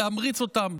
ולהמריץ אותם,